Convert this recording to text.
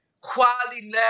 quality